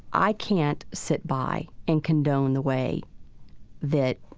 i can't sit by and condone the way that